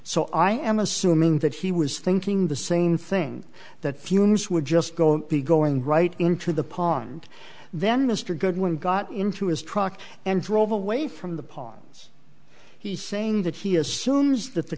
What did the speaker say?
so i am assuming that he was thinking the same thing that fumes would just go and be going right into the pond then mr goodwin got into his truck and drove away from the pawns he's saying that he assumes that the